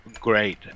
Great